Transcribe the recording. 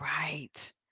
Right